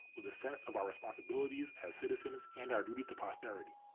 with a sense of our responsibilities as citizens and our duty to posterity.